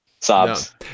sobs